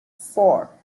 four